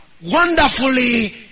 wonderfully